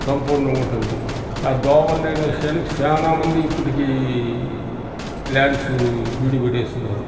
సంపూర్ణంగా ఉంటుంది ఆ దోవల్లేని చేనికి చానా మంది ఇప్పటికీ ల్యాండ్సు బీడు పెట్టేస్తున్నారు